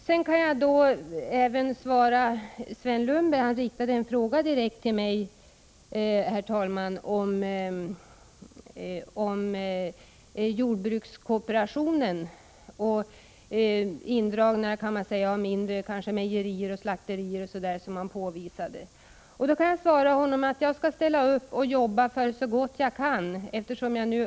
Sven Lundberg riktade en fråga direkt till mig om jordbrukskooperationen 147 och indragning av mindre mejerier och slakterier. Jag kan svara Sven Lundberg att jag skall ställa upp och jobba så gott jag kan för att detta inte skall ske.